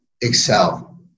excel